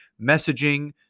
messaging